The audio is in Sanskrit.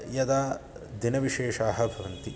यदा दिनविशेषाः भवन्ति